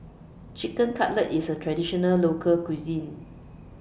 Chicken Cutlet IS A Traditional Local Cuisine